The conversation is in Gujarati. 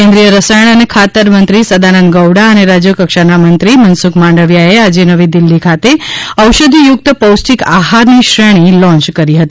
કેન્દ્રીય રસાયણ અને ખાતર મંત્રી સદાનંદ ગૌડા અને રાજ્યકક્ષાના મંત્રી મનસુખમાંડવિયાએ આજે નવીદિલ્હી ખાતે ઔષધીયુક્ત પૌષ્ટિક આહારની શ્રેણી આજે લોન્ચ કરી હતી